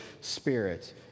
Spirit